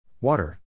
Water